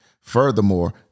Furthermore